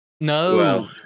No